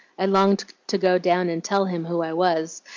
i longed to go down and tell him who i was,